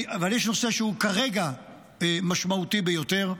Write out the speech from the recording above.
אבל יש נושא שהוא כרגע משמעותי ביותר,